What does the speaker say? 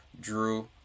drew